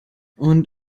und